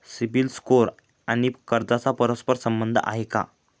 CIBIL score आणि कर्जाचा परस्पर संबंध आहे का?